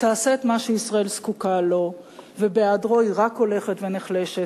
תעשה את מה שישראל זקוקה לו ובהיעדרו היא רק הולכת ונחלשת.